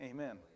Amen